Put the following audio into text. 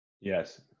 Yes